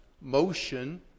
motion